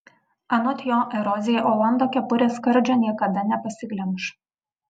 anot jo erozija olando kepurės skardžio niekada nepasiglemš